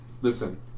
listen